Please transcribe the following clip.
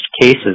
cases